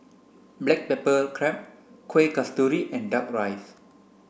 black pepper crab Kuih Kasturi and duck rice